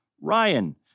Ryan